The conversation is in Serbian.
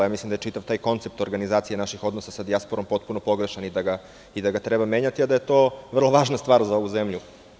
Mislim, da je čitav taj koncept organizacija naših odnosa sa dijasporom potpuno pogrešan i da ga treba menjati, a da je to vrlo važna stvar za ovu zemlju.